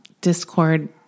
discord